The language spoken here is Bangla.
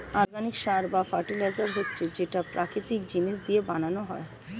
অর্গানিক সার বা ফার্টিলাইজার হচ্ছে যেটা প্রাকৃতিক জিনিস দিয়ে বানানো হয়